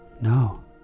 no